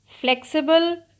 flexible